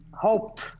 hope